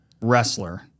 wrestler